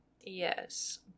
Yes